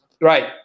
Right